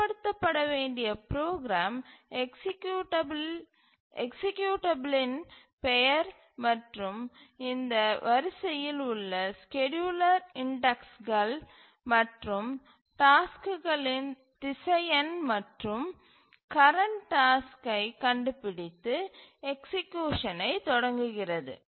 செயல்படுத்தப்பட வேண்டிய ப்ரோக்ராம் எக்சீக்யூட்டபிளின் பெயர் மற்றும் இந்த வரிசையில் உள்ள ஸ்கேட்யூலர் இன்டக்ஸ்கள் மற்றும் டாஸ்க்குகளின் திசையன் மற்றும் கரண்ட் டாஸ்க்கைக் கண்டுபிடித்து எக்சீக்யூசனை தொடங்குகிறது